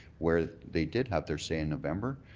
where they did have their say in november,